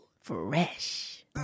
Fresh